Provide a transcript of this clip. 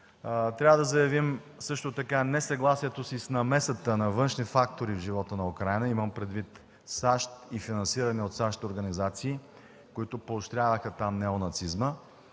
трябва да заявим също така несъгласието си с намесата на външни фактори в живота на Украйна – имам предвид САЩ и финансирани от САЩ организации, които поощряваха там неонацизма